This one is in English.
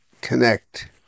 connect